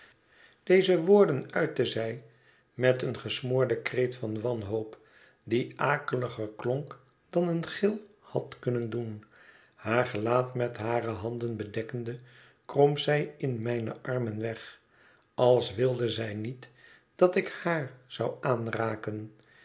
deze woorden uitte zij met een gesmoorden kreet van wanhoop die akeliger klonk dan een gil had kunnen doen haar gelaat met hare handen bedekkende kromp zij in mijne armen weg als wilde zij niet dat ik haar zou aanraken